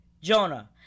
Jonah